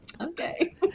okay